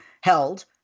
held